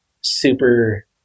super